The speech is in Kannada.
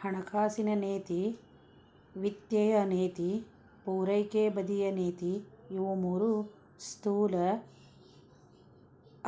ಹಣಕಾಸಿನ ನೇತಿ ವಿತ್ತೇಯ ನೇತಿ ಪೂರೈಕೆ ಬದಿಯ ನೇತಿ ಇವು ಮೂರೂ ಸ್ಥೂಲ